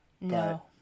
No